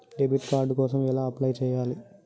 Debit card కోసం ఎలా apply చేయాలి?